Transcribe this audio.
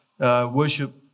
Worship